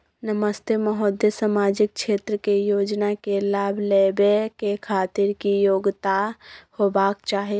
नमस्ते महोदय, सामाजिक क्षेत्र के योजना के लाभ लेबै के खातिर की योग्यता होबाक चाही?